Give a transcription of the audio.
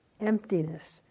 emptiness